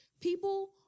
people